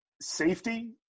safety